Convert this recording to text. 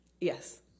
Yes